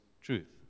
truth